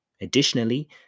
Additionally